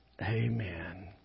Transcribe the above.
amen